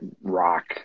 rock